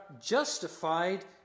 justified